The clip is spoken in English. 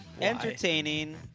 entertaining